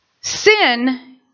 Sin